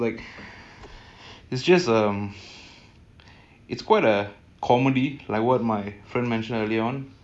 that awareness at least to see through this maybe not hundred percent but maybe like forty to fifty percent more clearer than maybe like five years ago